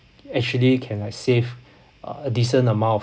actually can like save uh a decent amount of